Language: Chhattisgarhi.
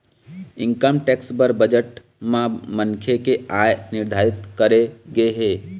इनकन टेक्स बर बजट म मनखे के आय निरधारित करे गे हे